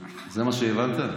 זה מה שהבנת?